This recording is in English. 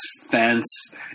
fence